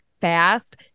fast